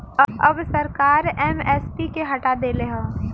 अब सरकार एम.एस.पी के हटा देले हौ